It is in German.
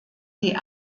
die